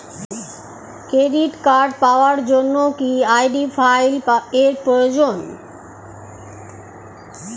Credit card পাওয়ার জন্য কি আই.ডি ফাইল এর প্রয়োজন?